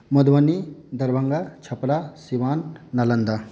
Madhubani Darbhanga Chhapra Siwan Nalanda